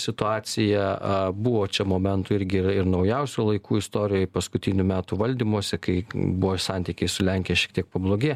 situaciją buvo čia momentų irgi yra ir naujausių laikų istorijoj paskutinių metų valdymosi kai buvo santykiai su lenkija šiek tiek pablogėję